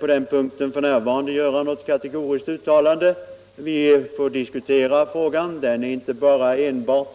På den punkten vill jag f. n. inte göra något kategoriskt uttalande. Vi får ytterligare diskutera frågan. Den är inte